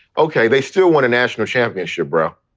ok. they still won a national championship, bro.